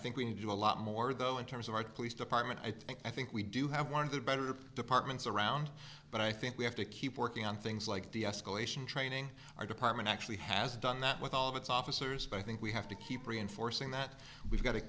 think we need to do a lot more though in terms of our police department i think i think we do have one of the better departments around but i think we have to keep working on things like the escalation training our department actually has done that with all of its officers but i think we have to keep reinforcing that we've got